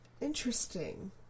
Interesting